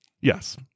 Yes